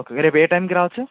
okay రేపు ఏ టైంకి రావచ్చు సార్